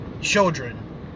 children